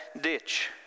ditch